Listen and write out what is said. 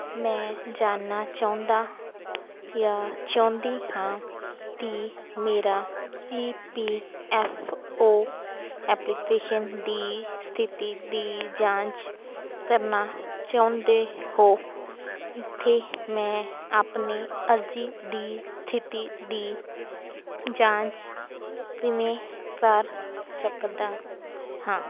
ਮੈਂ ਜਾਣਨਾ ਚਾਹੁੰਦਾ ਜਾਂ ਚਾਹੁੰਦੀ ਹਾਂ ਕਿ ਮੇਰਾ E P F O application ਦੀ ਸਥਿਤੀ ਦੀ ਜਾਂਚ ਕਰਨਾ ਚਾਹੁੰਦੇ ਹੋ ਇੱਥੇ ਮੈਂ ਆਪਣੀ ਅਰਜ਼ੀ ਦੀ ਸਥਿਤੀ ਦੀ ਜਾਂਚ ਕਿਵੇਂ ਕਰ ਸਕਦਾ ਹਾਂ